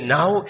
now